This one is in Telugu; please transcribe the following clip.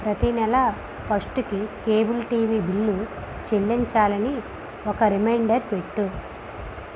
ప్రతీ నెల ఫస్టుకి కేబుల్ టీవీ బిల్ చెల్లించాలని ఒక రిమైండర్ పెట్టు